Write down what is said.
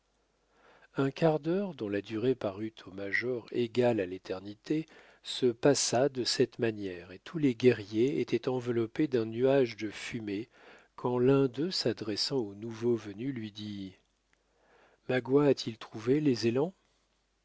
un quart d'heure dont la durée parut au major égale à l'éternité se passa de cette manière et tous les guerriers étaient enveloppés d'un nuage de fumée quand l'un d'eux s'adressant au nouveau venu lui dit magua a-t-il trouvé les élans